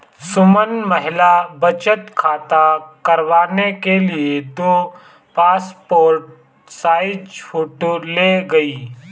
सुमन महिला बचत खाता करवाने के लिए दो पासपोर्ट साइज फोटो ले गई